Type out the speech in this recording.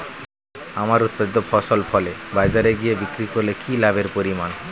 আমার উৎপাদিত ফসল ফলে বাজারে গিয়ে বিক্রি করলে কি লাভের পরিমাণ?